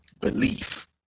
belief